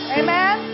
amen